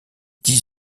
dix